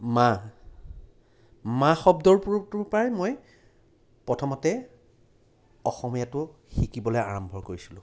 মা মা শব্দটোৰ পৰাই মই প্ৰথমতে অসমীয়াটো শিকিবলৈ আৰম্ভ কৰিছিলোঁ